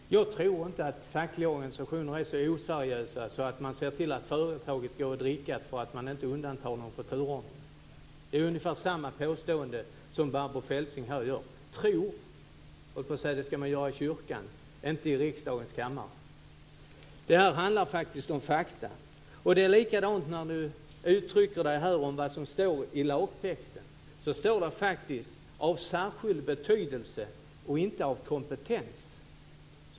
Fru talman! Jag tror inte att fackliga organisationer är så oseriösa att de ser till att företaget går i drickat för att de inte undantar någon från turordningen. Det är ungefär samma påstående som Barbro Feltzing här gör. Tro ska man göra i kyrkan och inte i riksdagens kammare. Det här handlar faktiskt om fakta. Det är likadant när Barbro Feltzing uttrycker sig om vad som står i lagtexten. Där står faktiskt "av särskild betydelse" och inte "av kompetens".